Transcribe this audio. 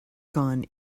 gone